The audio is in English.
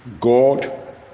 God